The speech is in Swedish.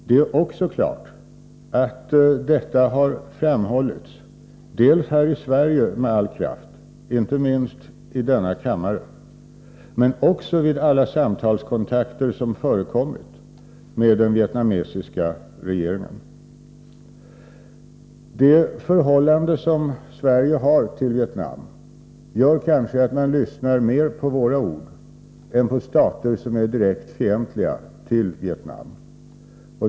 Det är också klart att detta har framhållits här i Sverige med all kraft, inte minst i denna kammare, men också vid alla samtalskontakter som förekommit med den vietnamesiska regeringen. Det förhållande som Sverige har till Vietnam gör kanske att man lyssnar mer på våra ord än på uttalanden från stater som är direkt fientliga till Vietnam.